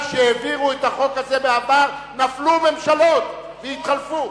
מכיוון שהעבירו את החוק הזה בעבר נפלו ממשלות והתחלפו.